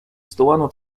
zdołano